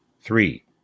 Three